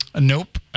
Nope